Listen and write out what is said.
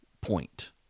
point